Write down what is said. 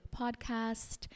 podcast